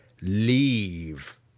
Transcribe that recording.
Leave